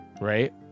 Right